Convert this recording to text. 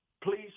please